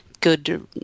good